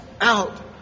out